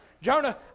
Jonah